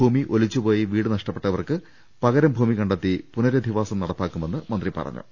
ഭൂമി ഒലിച്ചുപോയി വീട് നഷ്ടപ്പെട്ടവർക്ക് പകരം ഭൂമി കണ്ടെത്തി പുനരധിവാസം നടപ്പാക്കുമെന്ന് മന്ത്രി പറഞ്ഞു